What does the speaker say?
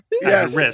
Yes